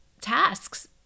tasks